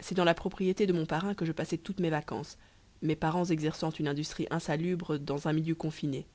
cest dans la propriété de mon parrain que je passais toutes mes vacances mes parents exerçant une industrie insalubre dans un milieu confiné